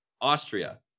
Austria